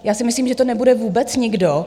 Já si myslím, že to nebude vůbec nikdo.